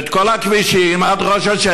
ואת כל הכבישים עד השטח.